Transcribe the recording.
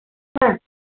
ಹಾಂ